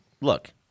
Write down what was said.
look